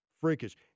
Freakish